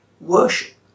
worship